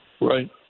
Right